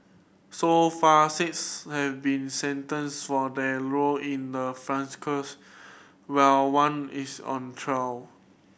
so far six have been sentenced for their role in the while one is on trial